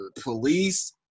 police